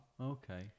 Okay